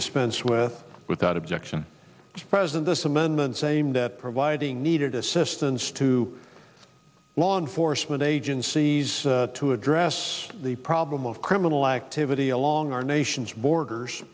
dispensed with without objection to present us amendments aimed at providing needed assistance to law enforcement agencies to address the problem of criminal activity along our nation's borders